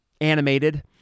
animated